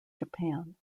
japan